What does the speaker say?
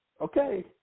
okay